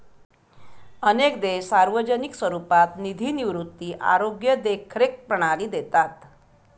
अनेक देश सार्वजनिक स्वरूपात निधी निवृत्ती, आरोग्य देखरेख प्रणाली देतात